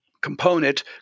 component